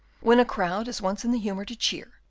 when a crowd is once in the humour to cheer,